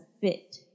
fit